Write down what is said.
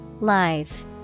Live